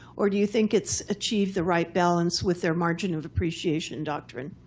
or do you think it's achieved the right balance with their margin of appreciation doctrine?